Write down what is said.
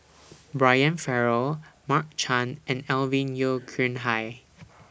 Brian Farrell Mark Chan and Alvin Yeo Khirn Hai